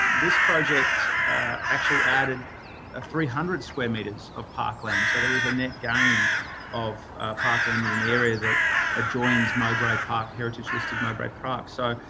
this project actually added ah three hundred square metres of parkland. so, there was a net gain of a parkland in an area that adjoins mowbray park, heritage-listed mowbray park. so,